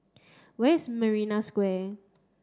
where is Marina Square